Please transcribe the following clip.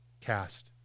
Cast